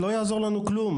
לא יעזור לנו כלום,